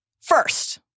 First